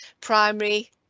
primary